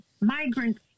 migrants